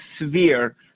severe